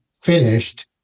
finished